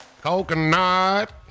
Coconut